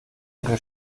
ihre